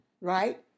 right